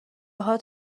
هات